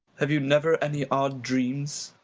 have you never any odd dreams?